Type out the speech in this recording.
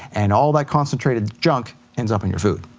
and all that concentrated junk ends up in your food.